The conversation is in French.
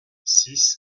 six